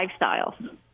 lifestyles